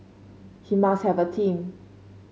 he must have a team